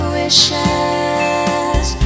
wishes